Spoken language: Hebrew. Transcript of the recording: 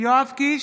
יואב קיש,